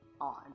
on